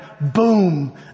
Boom